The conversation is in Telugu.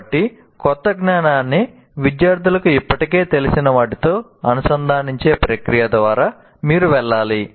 కాబట్టి క్రొత్త జ్ఞానాన్ని విద్యార్థులకు ఇప్పటికే తెలిసిన వాటితో అనుసంధానించే ప్రక్రియ ద్వారా మీరు వెళ్లాలి